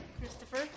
Christopher